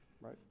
right